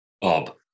Bob